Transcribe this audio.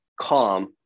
calm